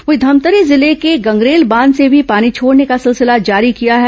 वहीं धमतरी जिले के गंगरेल बांध से भी पानी छोड़ने का सिलसिला जारी किया है